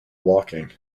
walking